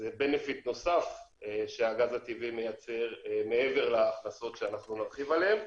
אז זה בנפיט נוסף שהגז הטבעי מייצר מעבר להכנסות שאנחנו נרחיב עליהן.